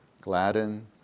gladden